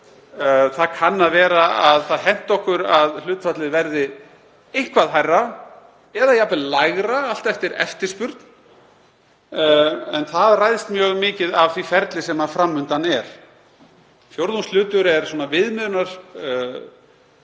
Það kann að vera að það henti okkur að hlutfallið verði eitthvað hærra eða jafnvel lægra, allt eftir eftirspurn, en það ræðst mjög mikið af því ferli sem fram undan er. Fjórðungshlutur er viðmiðunarhlutfall